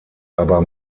aber